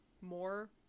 more